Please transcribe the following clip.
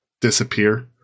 disappear